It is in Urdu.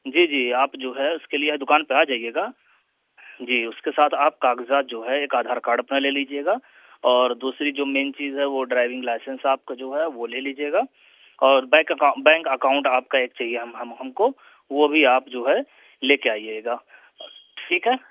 جی جی آپ جو ہے اس کے لیے دکان پہ آ جائیے گا جی اس کے ساتھ آپ کاغذات جو ہے ایک آدھار کارڈ اپنا لے لیجیے گا اور دوسری جو مین چیز ہے وہ ڈرائیونگ لائسنس آپ کا جو ہے وہ لے لیجیے گا اور بینک بینک اکاؤنٹ آپ کا ایک چاہیے ہم ہم ہم کو وہ بھی آپ جو ہے لے کے آئیے گا ٹھیک ہے